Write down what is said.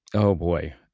oh, boy.